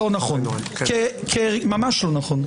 לא נכון, ממש לא נכון.